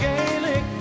Gaelic